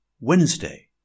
Wednesday